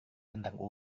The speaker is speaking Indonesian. tentang